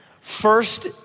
First